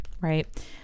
right